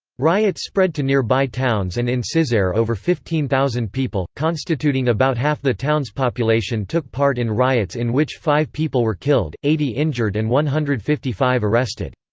riots spread to nearby towns and in cizre over fifteen thousand people, constituting about half the town's population took part in riots in which five people were killed, eighty injured and one hundred and fifty five arrested.